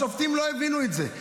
השופטים לא הבינו את זה,